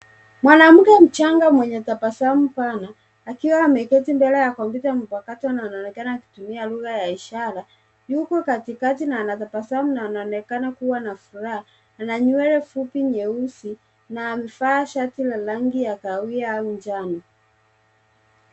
Mwanamke mchanga mwenye tabasamu pana akiwa ameketi mbele ya kompyuta mpakato na anaonekana akitumia lugha ya ishara. Yuko katikati na anatabasamu na anaonekana kuwa na furaha. Ana nywele fupi nyeusi na amevaa shati la rangi ya kahawia au njano.